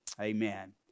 amen